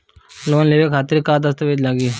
Loan लेवे खातिर का का दस्तावेज लागी?